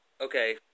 okay